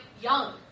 young